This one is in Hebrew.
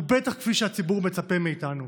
ובטח כפי שהציבור מצפה מאיתנו.